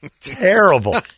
Terrible